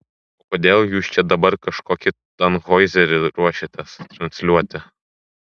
o kodėl jūs čia dabar kažkokį tanhoizerį ruošiatės transliuoti